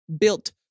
built